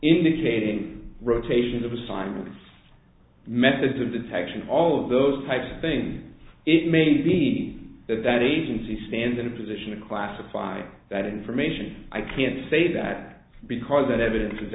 indicating a rotation of assignments methods of detection all of those types of things it may be that that agency stands in a position to classify that information i can say that because that evidence